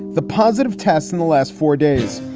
the positive tests in the last four days,